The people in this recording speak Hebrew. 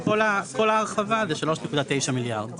כל ההרחבה זה 3.9 מיליארד.